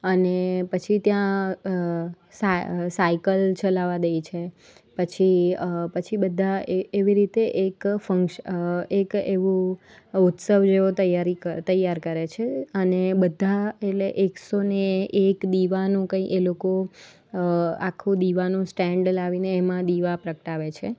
અને પછી ત્યાં સા અ સાઈકલ ચલાવવા દે છે પછી પછી બધા એ એવી રીતે એક એક એવું ઉત્સવ જેવી તૈયારી તૈયાર કરે છે અને બધા એટલે એકસોને એક દીવાનું કંઈ એ લોકો આખુ દીવાનું સ્ટેન્ડ લાવીને એમાં દીવા પ્રગટાવે છે